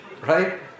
Right